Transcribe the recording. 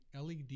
LED